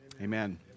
Amen